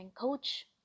coach